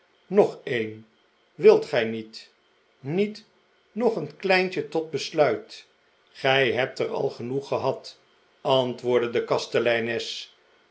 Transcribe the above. nog een wilt gij niet niet nog een kleintje tot besluit gij hebt er al genoeg gehad antwoordde de kasteleines